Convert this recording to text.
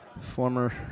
former